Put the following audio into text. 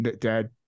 Dad